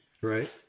right